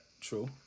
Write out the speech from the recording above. True